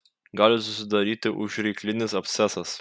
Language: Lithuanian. gali susidaryti užryklinis abscesas